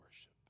worship